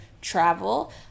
travel